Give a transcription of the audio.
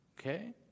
okay